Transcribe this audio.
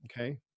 okay